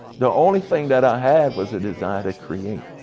the only thing that i have, was a desire to create.